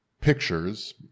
pictures